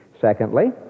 Secondly